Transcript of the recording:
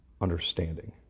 understanding